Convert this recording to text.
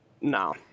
No